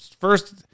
First